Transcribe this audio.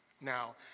Now